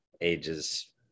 ages